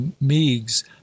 Meigs